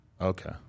Okay